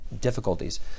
difficulties